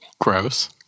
Gross